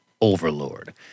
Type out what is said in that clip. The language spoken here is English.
Overlord